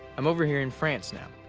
i'm over here in france now.